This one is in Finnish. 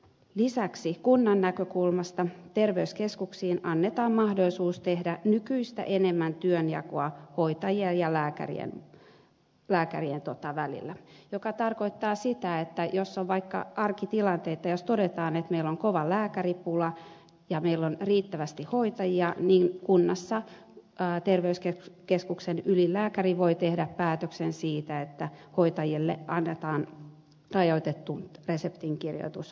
lisäksi kunnan näkökulmasta terveyskeskuksille annetaan mahdollisuus tehdä nykyistä enemmän työnjakoa hoitajien ja lääkäreiden välillä mikä tarkoittaa sitä että jos on vaikka arkitilanteita jos todetaan että on kova lääkäripula ja meillä on riittävästi hoitajia niin kunnassa terveyskeskuksen ylilääkäri voi tehdä päätöksen siitä että hoitajille annetaan rajoitettu reseptinkirjoitusoikeus